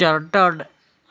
chartered